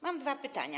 Mam dwa pytania.